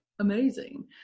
Amazing